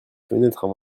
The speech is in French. fenêtres